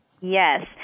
Yes